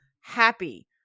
happy